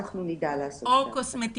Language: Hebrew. אנחנו נדע לעשות את זה.